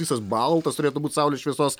visas baltas turėtų būt saulės šviesos